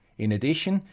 in addition,